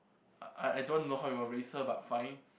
I I don't know how you will raise her but fine